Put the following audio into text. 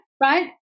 right